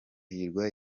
hirwa